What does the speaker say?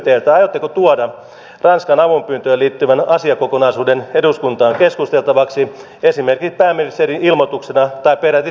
aiotteko tuoda ranskan avunpyyntöön liittyvän asiakokonaisuuden eduskuntaan keskusteltavaksi esimerkiksi pääministerin ilmoituksena tai peräti tiedonantona